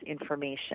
information